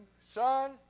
Son